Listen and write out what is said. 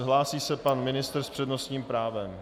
Hlásí se pan ministr s přednostním právem.